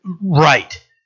right